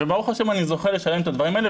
וברוך השם אני זוכה לשלם את הדברים האלה,